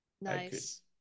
Nice